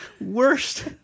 worst